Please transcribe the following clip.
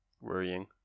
worrying